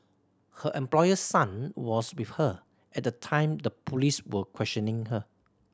her employer's son was with her at the time the police were questioning her